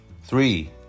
Three